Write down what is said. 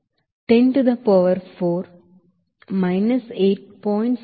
63 into 10 to the power of 4 minus 8